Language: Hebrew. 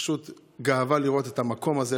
פשוט גאווה לראות את המקום הזה,